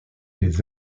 les